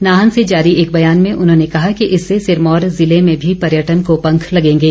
नाहन से जारी एक बयान में उन्होंने कहा कि इससे सिरमौर जिले में भी पर्यटन को पंख लगेंगे